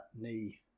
knee